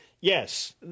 yes –